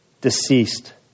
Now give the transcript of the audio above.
Deceased